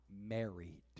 married